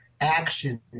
action